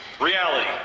reality